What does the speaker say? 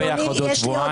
יש לי עוד הרבה,